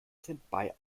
standby